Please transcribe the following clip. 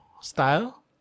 style